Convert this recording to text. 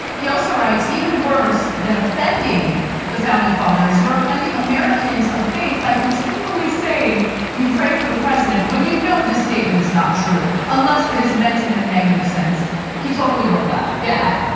he also writes, even worse than offending the founding fathers, you are offending americans of faith by continually saying you pray for the president when you know this statement is not true, unless it is meant in a negative sense. he totally wrote that, yeah.